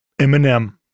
Eminem